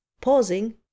pausing